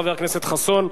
חבר הכנסת חסון,